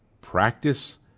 practice